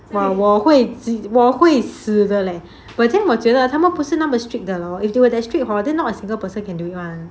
!wah! 我会我会死的 leh but then 我觉得他们不是那么 strict the lor if they were that strict hor then not a single person can do it [one]